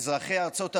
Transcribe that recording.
אזרחי ארצות הברית,